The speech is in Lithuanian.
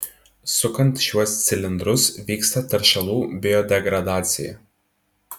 sukant šiuos cilindrus vyksta teršalų biodegradacija